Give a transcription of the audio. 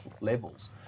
levels